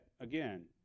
again